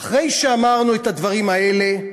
אחרי שאמרנו את הדברים האלה,